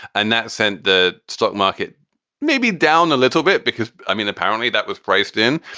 and that sent the stock market maybe down a little bit because i mean, apparently that was priced in.